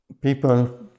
people